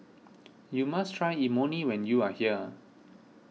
you must try Imoni when you are here